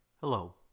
Hello